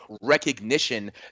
recognition